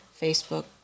Facebook